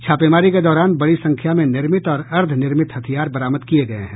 छापेमारी के दौरान बड़ी संख्या में निर्मित और अर्द्वनिर्मित हथियार बरामद किये गये हैं